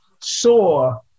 saw